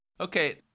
Okay